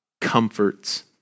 comforts